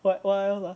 what why you laugh